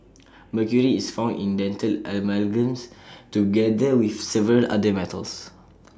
mercury is found in dental amalgams together with several other metals